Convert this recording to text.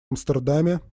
амстердаме